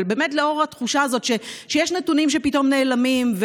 ובאמת לאור התחושה הזאת שיש נתונים שפתאום נעלמים,